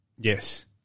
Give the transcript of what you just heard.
Yes